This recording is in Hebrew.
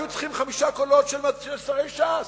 היו צריכים חמישה קולות של שרי ש"ס.